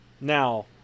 Now